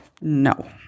No